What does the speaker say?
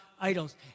Idols